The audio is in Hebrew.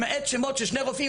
למעט שמות של שני רופאים,